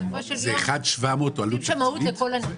בסופו של יום עושים שמאות לכל הנכס.